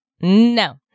no